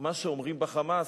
מה שאומרים ב"חמאס".